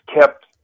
kept